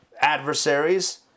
adversaries